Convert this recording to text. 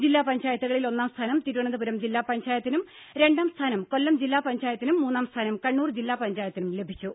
ജില്ലാ പഞ്ചായത്തുകളിൽ ഒന്നാം സ്ഥാനം തിരുവനന്തപുരം ജില്ലാ പഞ്ചായത്തിനും രണ്ടാം സ്ഥാനം കൊല്ലം ജില്ലാ പഞ്ചായത്തിനും മൂന്നാം സ്ഥാനം കണ്ണൂർ ജില്ലാ പഞ്ചായത്തിനും ലഭിച്ചു